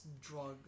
drugs